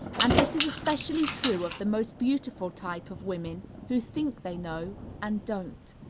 and this is especially true of the most beautiful type of women, who think they know, and don't.